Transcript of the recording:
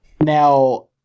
Now